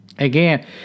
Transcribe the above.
Again